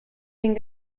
den